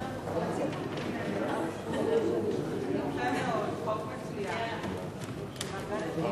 שנתית (תיקון, חופשה ביום מועד),